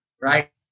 right